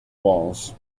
walls